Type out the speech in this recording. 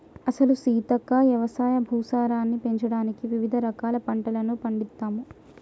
అసలు సీతక్క యవసాయ భూసారాన్ని పెంచడానికి వివిధ రకాల పంటలను పండిత్తమ్